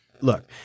look